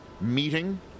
meeting